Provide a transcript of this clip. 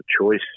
choice